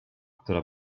która